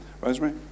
Rosemary